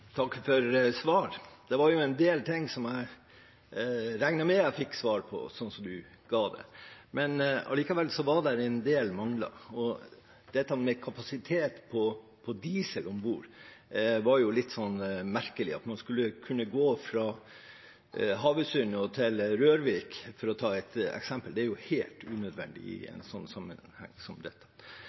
del ting som jeg regner med at jeg fikk svar på, slik statsråden ga det. Men allikevel var det en del mangler. Når det gjelder dette med kapasitet på diesel om bord, var det litt merkelig at man skulle kunne gå fra Havøysund og til Rørvik, for å ta et eksempel. Det er jo helt unødvendig i en slik sammenheng som dette.